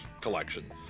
collection